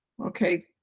okay